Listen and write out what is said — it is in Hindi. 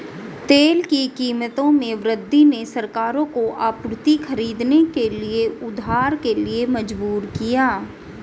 तेल की कीमतों में वृद्धि ने सरकारों को आपूर्ति खरीदने के लिए उधार के लिए मजबूर किया